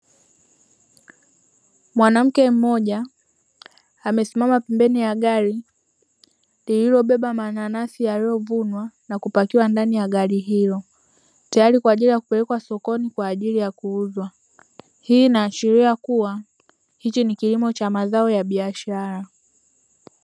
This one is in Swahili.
Mwanamke mmoja; amesimama pembeni ya gari lililobeba mananasi yaliyovunwa na kupakiwa ndani ya gari hilo, tayari kwa kupelekwa sokoni kwa ajili ya kuuzwa. Hii inaashiria kuwa hichi ni kilimo cha mazao ya biashara.